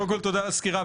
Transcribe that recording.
הסקירה.